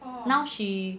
now she